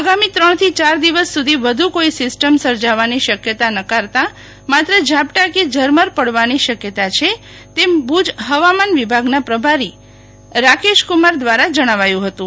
આગામી ત્રણથી યાર દિવસ સુધી કોઈ સીસ્ટમ સર્જાવાની શક્યતા નકારતા માત્ર ઝાપટા કે ઝરમર પડવાની શક્યતા છે તેમ ભુજ હવામાન વિભાગના પ્રભારી રાકેશ કુમાર દ્વારા જણાવાયું હતું